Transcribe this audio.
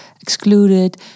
excluded